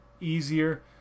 easier